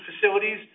facilities